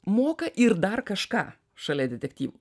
moka ir dar kažką šalia detektyvų